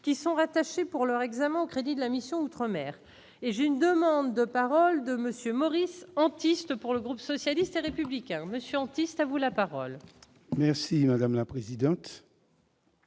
qui sont rattachés pour leur examen au crédits de la mission outre-mer et j'ai une demande de parole de monsieur Maurice Antiste pour le groupe socialiste et républicain me scientiste à vous la parole. Merci madame la présidente.